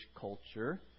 culture